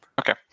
Okay